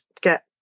get